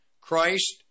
Christ